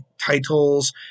titles